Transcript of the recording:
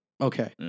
Okay